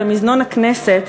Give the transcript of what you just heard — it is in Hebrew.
במזנון הכנסת,